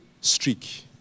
Streak